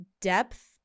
depth